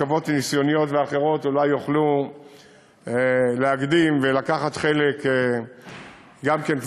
רכבות ניסיוניות ואחרות אולי יוכלו להקדים ולקחת חלק גם כן,